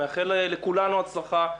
מאחל לכולנו הצלחה.